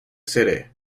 city